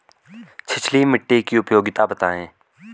छिछली मिट्टी की उपयोगिता बतायें?